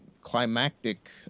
climactic